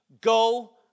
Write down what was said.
go